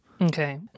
Okay